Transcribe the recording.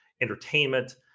entertainment